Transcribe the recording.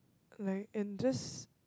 like and just